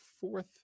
fourth